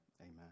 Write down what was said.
Amen